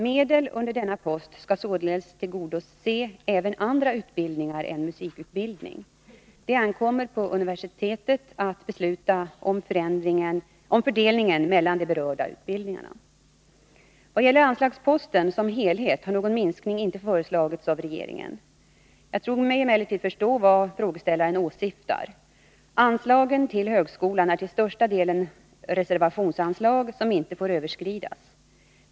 Medel under denna post skall således tillgodose även andra utbildningar än musikutbildning. Det ankommer på universitetet att besluta om fördelningen mellan de berörda utbildningarna. Vad gäller anslagsposten som helhet har någon minskning inte föreslagits av regeringen. Jag tror mig emellertid förstå vad frågeställaren åsyftar. Anslagen till högskolan är till största delen reservationsanslag, som inte får överskridas.